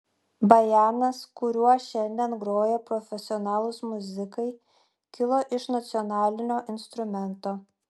bajanas kuriuo šiandien groja profesionalūs muzikai kilo iš nacionalinio instrumento